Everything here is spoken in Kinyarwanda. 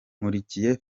nkurikiye